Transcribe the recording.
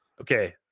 okay